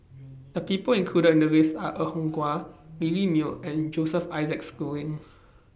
The People included in The list Are Er Kwong Wah Lily Neo and Joseph Isaac Schooling